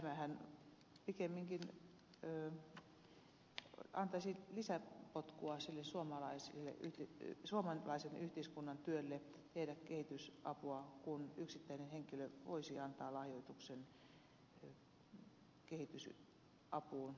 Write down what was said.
tämähän pikemminkin antaisi lisäpotkua sille suomalaisen yhteiskunnan työlle tehdä kehitysapua kun yksittäinen henkilö voisi antaa lahjoituksen kehitysapuun kehitysyhteistyöhön